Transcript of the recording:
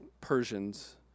Persians